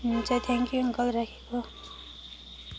हुन्छ thank you uncle राखेको